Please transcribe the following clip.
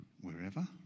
wherever